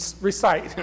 recite